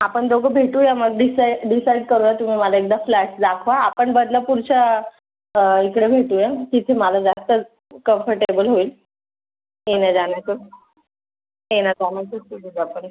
आपण दोघं भेटूया मग डीसाईड करूया तुम्ही मला एकदा फ्लॅटस् दाखवा आपण बदलापूरच्या इकडं भेटूया तिथे मला जास्त कम्फर्टेबल होईल येण्याजाण्याचं येण्याजाण्याचं सुविधा पडेल